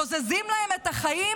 בוזזים להם את החיים,